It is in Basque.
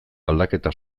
aldaketa